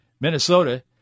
Minnesota